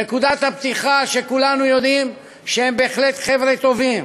נקודת הפתיחה היא שכולנו יודעים שהם בהחלט חבר'ה טובים,